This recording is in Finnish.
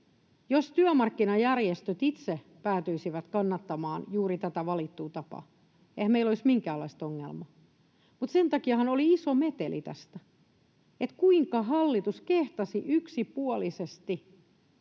Jos työmarkkinajärjestöt itse päätyisivät kannattamaan juuri tätä valittua tapaa, eihän meillä olisi minkäänlaista ongelmaa. Mutta sen takiahan oli iso meteli tästä, että kuinka hallitus kehtasi yksipuolisesti